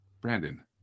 Brandon